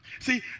See